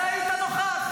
אתה היית נוכח,